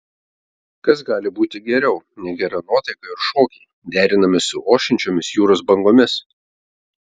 kas gali būti geriau nei gera nuotaika ir šokiai derinami su ošiančiomis jūros bangomis